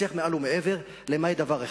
הצליח מעל ומעבר, למעט דבר אחד,